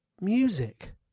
music